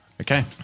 Okay